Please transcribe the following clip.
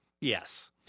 Yes